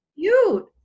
cute